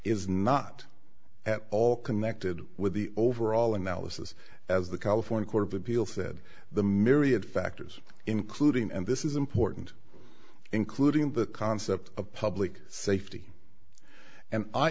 is not at all connected with the overall analysis as the california court of appeal fed the myriad factors including and this is important including the concept of public safety and i